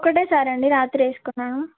ఒకటేసారి అండి రాత్రి వేసుకున్నాను